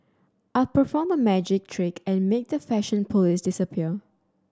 I'll perform a magic trick and make the fashion police disappear